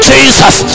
Jesus